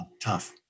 tough